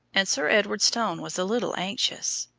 and sir edward's tone was a little anxious.